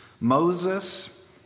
Moses